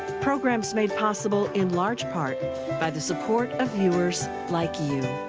programs made possible in large part by the support of viewers like you.